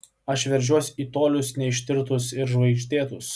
aš veržiuos į tolius neištirtus ir žvaigždėtus